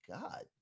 God